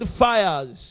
fires